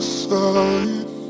side